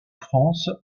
france